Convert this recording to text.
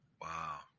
Wow